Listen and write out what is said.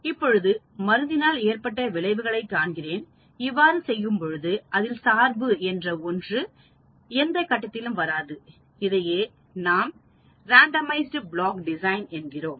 இப்பொழுது மருந்தினால் ஏற்பட்ட விளைவுகளை காண்கிறேன் இவ்வாறு செய்யும்பொழுது அதில் சார்பு என்ற ஒன்று எந்த கட்டத்திலும் வராது இதையே நாம் ரண்டாமைஸ்து பிளாக் டிசைன் என்கிறோம்